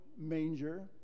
manger